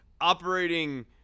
operating